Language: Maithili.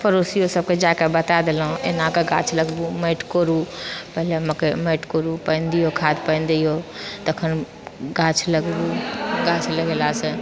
पड़ोसियो सभ कऽ जाइ कऽ बता देलो एना कऽ गाछ लगबू माटि कोरू पहिले मकइ माटि कोरू पानि दियौ खाद्य पानि दियौ तखन गाछ लगबू गाछ लगेलासँ